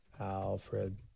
Alfred